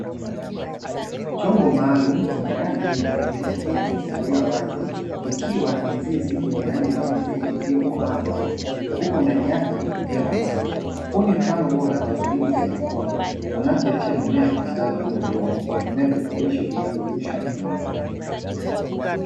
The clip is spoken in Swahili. Chombo maalum chenye rangi nyeupe kikiwa kimefunguliwa wazi ikiwa na mizizi yenye rangi nyeupe iliyokomaa vizuri, huko ndani yake ukiwa na maji huu ni mfano bora wa kilimo cha haidroponi unachezesha mimea kustawi bila udongo kwa kutumia virutubisho vilivyo rushwa kwenye maji.